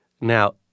Now